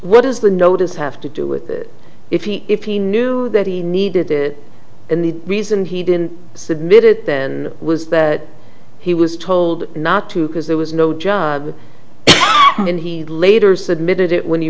what is the notice have to do with it if he knew that he needed it and the reason he didn't submit it then was that he was told not to because there was no job and he later submitted it when he